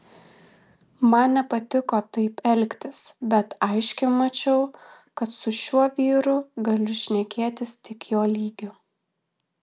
man nepatiko taip elgtis bet aiškiai mačiau kad su šiuo vyru galiu šnekėtis tik jo lygiu